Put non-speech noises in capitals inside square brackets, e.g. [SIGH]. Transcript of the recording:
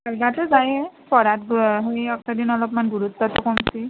খেলবাটো যাইয়ে পঢ়াত [UNINTELLIGIBLE] সেই এইকেইদিন অলপমান গুৰুত্বটো কমিছে